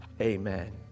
Amen